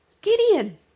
Gideon